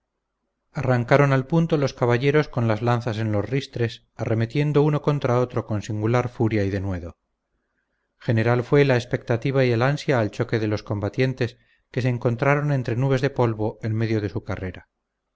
arrancaron al punto los caballeros con las lanzas en los ristres arremetiendo uno contra otro con singular furia y denuedo general fue la expectativa y el ansia al choque de los combatientes que se encontraron entre nubes de polvo en medio de su carrera